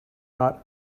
not